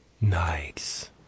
Nice